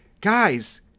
guys